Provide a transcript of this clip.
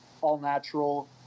all-natural